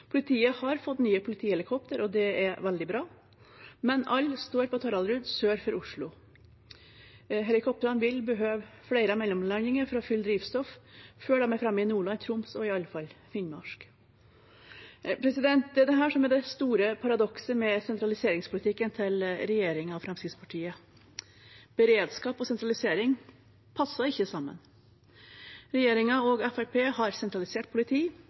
Politiet har fått nye politihelikopter, og det er veldig bra, men alle står på Taraldrud sør for Oslo, og helikoptrene vil behøve flere mellomlandinger for å fylle drivstoff før de er framme i Nordland, Troms og i alle fall Finnmark. Det er dette som er det store paradokset med sentraliseringspolitikken til regjeringen og Fremskrittspartiet. Beredskap og sentralisering passer ikke sammen. Regjeringen og Fremskrittspartiet har sentralisert politi,